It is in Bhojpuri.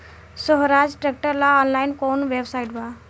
सोहराज ट्रैक्टर ला ऑनलाइन कोउन वेबसाइट बा?